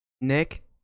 nick